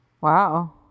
Wow